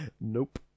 nope